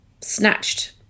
snatched